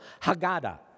Haggadah